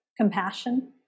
compassion